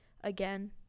again